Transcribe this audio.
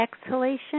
exhalation